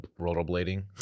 rollerblading